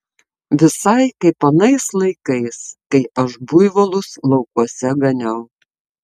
visai kaip anais laikais kai aš buivolus laukuose ganiau